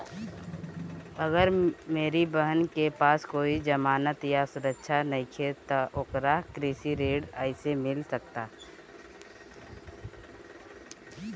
अगर मेरी बहन के पास कोई जमानत या सुरक्षा नईखे त ओकरा कृषि ऋण कईसे मिल सकता?